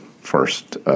first